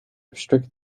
restrict